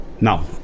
Now